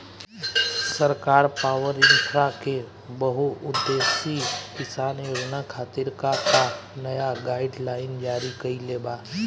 सरकार पॉवरइन्फ्रा के बहुउद्देश्यीय किसान योजना खातिर का का नया गाइडलाइन जारी कइले बा?